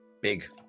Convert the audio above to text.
big